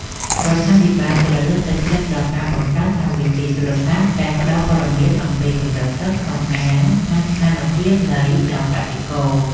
រដ្ឋាភិបាលត្រូវលើកទឹកចិត្តដល់ការបង្កើតកម្មវិធីទូរស័ព្ទដែលផ្តល់ព័ត៌មានអំពីកម្រិតទឹកក្នុងអាង និងស្ថានភាពដីដល់កសិករ។